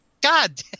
God